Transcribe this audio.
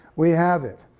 we have it.